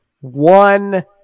One